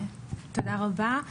תודה רבה.